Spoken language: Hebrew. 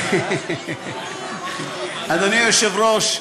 אדוני היושב-ראש,